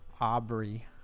Aubrey